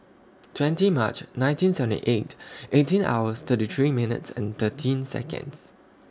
twenty March nineteen seventy eight eighteen hours thirty three minutes and thirteen Seconds